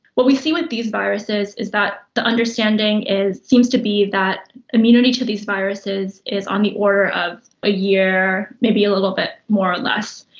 what we see with these viruses is that the understanding seems to be that immunity to these viruses is on the order of a year, maybe a little bit more or less,